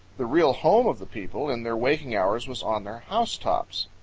the real home of the people in their waking hours was on their housetops.